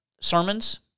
sermons